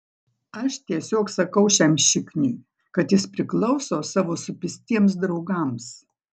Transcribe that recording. aš tiesiog sakau šiam šikniui kad jis priklauso savo supistiems draugams